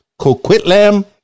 Coquitlam